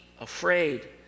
afraid